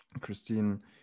Christine